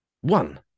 One